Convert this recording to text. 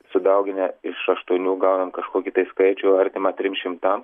sudauginę iš aštuonių gaunam kažkokį tai skaičių artimą trim šimtams